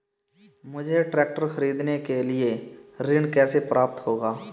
मुझे ट्रैक्टर खरीदने के लिए ऋण कैसे प्राप्त होगा?